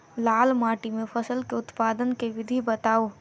लाल माटि मे फसल केँ उत्पादन केँ विधि बताऊ?